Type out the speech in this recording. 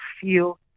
feel